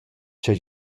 cha